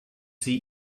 sie